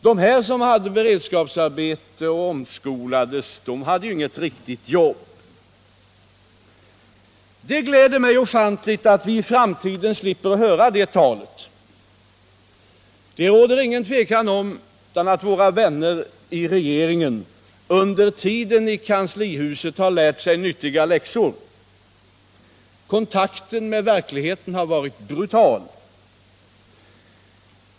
De som var sysselsatta i beredskapsarbete och de som omskolades hade ju inget riktigt jobb! Det gläder mig ofantligt att vi i framtiden slipper höra det talet. Det råder inget tvivel om att våra vänner i regeringen under tiden i kanslihuset har lärt sig nyttiga läxor. Kontakten med verkligheten har varit brutal.